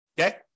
Okay